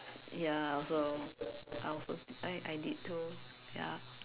ya also I also I I did too ya